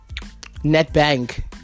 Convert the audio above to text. netbank